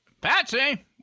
Patsy